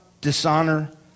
dishonor